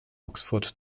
oxford